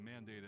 mandated